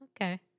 Okay